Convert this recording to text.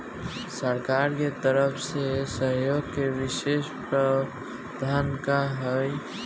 सरकार के तरफ से सहयोग के विशेष प्रावधान का हई?